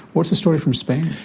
what's the story from spain?